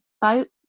boat